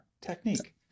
technique